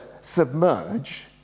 submerge